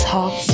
Talk